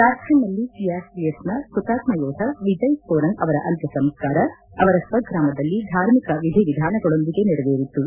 ಜಾರ್ಖಂಡ್ನಲ್ಲಿ ಸಿಆರ್ಪಿಎಫ್ ಹುತಾತ್ಮ ಯೋಧ ವಿಜಯ್ ಸೋರಂಗ್ ಅವರ ಅಂತ್ಯ ಸಂಸ್ಕಾರ ಅವರ ಸ್ವಗ್ರಾಮದಲ್ಲಿ ಧಾರ್ಮಿಕ ವಿಧಿವಿಧಾನಗಳೊಂದಿಗೆ ನೆರವೇರಿತು